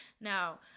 Now